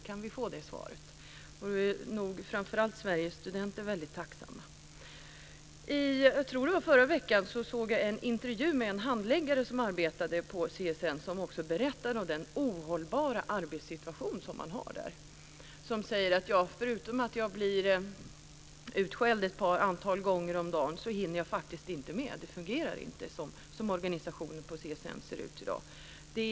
Kan vi få det svaret skulle framför allt Sveriges studenter vara väldigt tacksamma. I förra veckan såg jag en intervju med en handläggare som arbetade på CSN och som berättade om den ohållbara arbetssituation som man har där. Förutom att hon blir utskälld ett par gånger om dagen hinner hon faktiskt inte med. Såsom CSN ser ut i dag fungerar det inte som organisation.